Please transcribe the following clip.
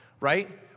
right